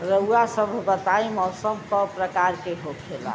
रउआ सभ बताई मौसम क प्रकार के होखेला?